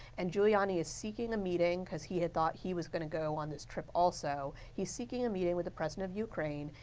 and giuliani is seeking a meeting because he thought he was going to go on this trip also. he is seeking a meeting with the president of ukraine,